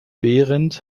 behrendt